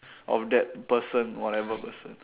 of that person whatever person